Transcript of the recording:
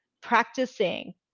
practicing